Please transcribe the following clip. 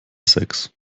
sechs